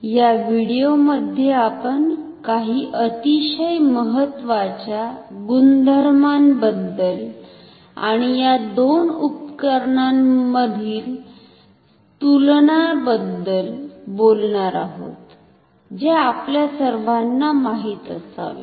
या व्हिडिओमध्ये आपण काही अतिशय महत्वाच्या गुणधर्मांबद्दल आणि या दोन उपकरणांमधील तुलनांबद्दल बोलणार आहोत ज्या आपल्या सर्वांना माहित असाव्या